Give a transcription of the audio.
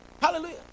Hallelujah